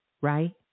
right